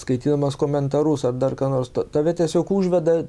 skaitydamas komentarus ar dar ką nors ta tave tiesiog užveda